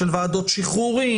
של ועדות שחרורים,